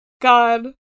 God